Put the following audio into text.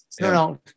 No